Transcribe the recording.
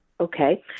Okay